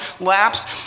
lapsed